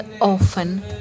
often